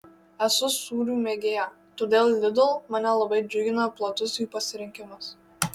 esu sūrių mėgėja todėl lidl mane labai džiugina platus jų pasirinkimas